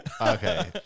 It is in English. okay